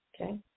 Okay